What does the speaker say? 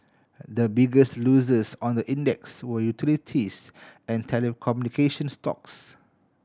the biggest losers on the index were utilities and telecommunication stocks